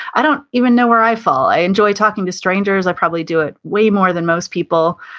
i don't even know where i fall. i enjoy talking to strangers. i probably do it way more than most people,